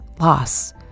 loss